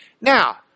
Now